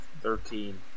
Thirteen